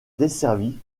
desservie